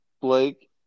Blake